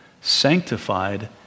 sanctified